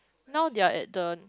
now they are at the